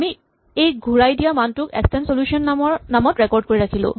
আমি এই ঘূৰাই দিয়া মানটোক এক্সটেন্ড চলুচ্যন নামত ৰেকৰ্ড কৰি ৰাখিলো